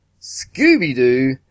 Scooby-Doo